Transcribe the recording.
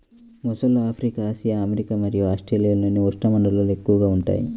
మొసళ్ళు Africa, Asia, America మరియు ఆస్ట్రేలియాలోని ఉష్ణమండలాల్లో ఎక్కువగా ఉంటాయి